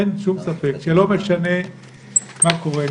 אין שום ספק שלא משנה מה קורה,